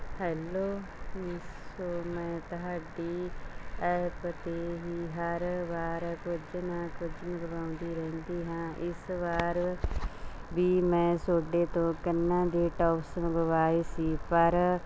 hello Meesho ਮੈਂ ਤੁਹਾਡੀ app 'ਤੇ ਹੀ ਹਰ ਵਾਰ ਕੁਝ ਨਾ ਕੁਝ ਮੰਗਵਾਉਂਦੀ ਰਹਿੰਦੀ ਹਾਂ ਇਸ ਵਾਰ ਵੀ ਮੈਂ ਤੁਹਾਡੇ ਤੋਂ ਕੰਨਾਂ ਦੇ ਟੋਪਸ ਮੰਗਵਾਏ ਸੀ ਪਰ